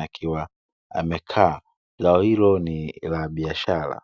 akiwa amekaa, zao hilo ni la biashara.